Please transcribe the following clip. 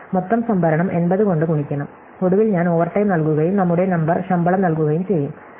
മൊത്തം സംഭരണം 80 കൊണ്ട് ഗുണിക്കണം ഒടുവിൽ ഞാൻ ഓവർടൈം നൽകുകയും നമ്മുടെ നമ്പർ ശമ്പളം നൽകുകയും ചെയ്യുo